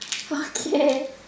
okay